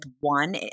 one